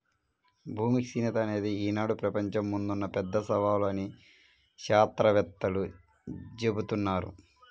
భూమి క్షీణత అనేది ఈనాడు ప్రపంచం ముందున్న పెద్ద సవాలు అని శాత్రవేత్తలు జెబుతున్నారు